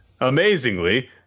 amazingly